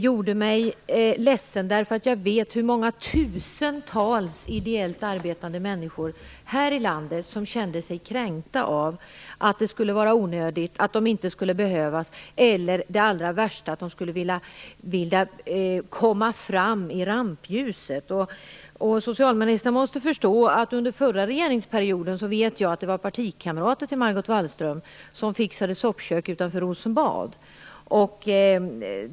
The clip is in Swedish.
Jag vet nämligen hur många tusentals ideellt arbetande människor här i landet som kände sig kränkta av att det sades att deras arbete skulle vara onödigt, att de inte skulle behövas, eller, allra värst, att de skulle vilja komma fram i rampljuset. Socialministern måste förstå att det under den förra regeringsperioden fanns partikamrater till henne som fixade soppkök utanför Rosenbad.